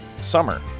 summer